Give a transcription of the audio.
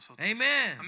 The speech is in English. Amen